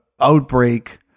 outbreak